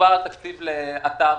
מדובר על תקציב לאתר